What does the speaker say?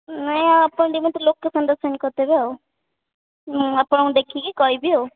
ନାଇଁ ଆଉ ଆପଣ ଟିକେ ମୋତେ ଲୋକେସନ୍ଟା ସେଣ୍ଡ୍ କରିଦେବେ ଆଉ ମୁଁ ଆପଣଙ୍କୁ ଦେଖିକି କହିବି ଆଉ